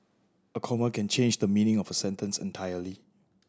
a comma can change the meaning of a sentence entirely